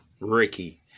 Ricky